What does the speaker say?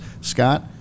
Scott